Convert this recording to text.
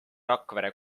rakvere